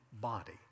body